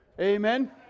Amen